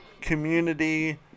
community